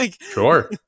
Sure